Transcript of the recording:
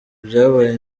byabaye